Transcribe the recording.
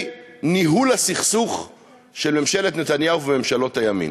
ניהול הסכסוך של ממשלת נתניהו וממשלות הימין.